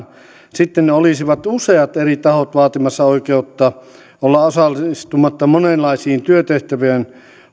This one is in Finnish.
sitten olisivat useat eri tahot vaatimassa oikeutta olla osallistumatta monenlaisiin työtehtäviin